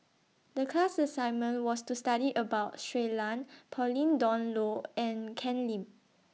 The class assignment was to study about Shui Lan Pauline Dawn Loh and Ken Lim